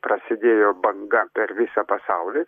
prasidėjo banga per visą pasaulį